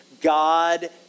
God